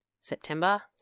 September